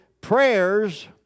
prayers